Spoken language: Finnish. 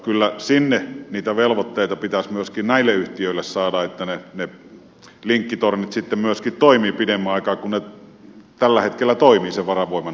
kyllä sinne niitä velvoitteita pitäisi myöskin näille yhtiöille saada että ne linkkitornit sitten myöskin toimivat pidemmän aikaa kuin ne tällä hetkellä toimivat sen varavoiman ansiosta